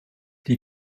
die